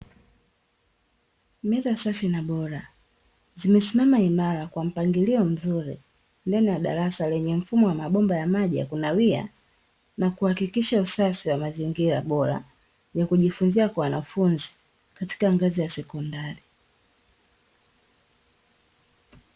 Meza safi na bora zimesimama imara kwa mpangilio mzuri ndani ya darasa lenye mfumo wa mabomba ya maji ya kunawia na kuhakikisha usafi wa mazingira bora ya kujifunzia kwa wanafunzi katika ngazi ya sekondari.